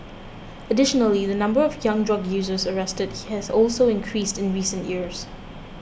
additionally the number of young drug users arrested he has also increased in recent years